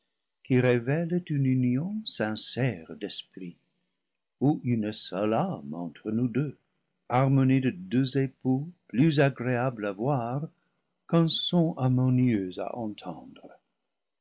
qui révèlent une union sincère perdu d'esprit ou une seule âme entre nous deux harmonie de deux époux plus agréable à voir qu'un son harmonieux à entendre